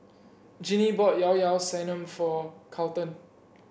Jinnie bought Llao Llao Sanum for Carlton